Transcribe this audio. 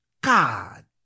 god